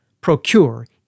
procure